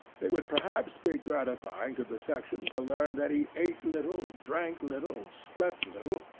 it would perhaps be gratifying to the section to learn that he ate little, drank little, slept little,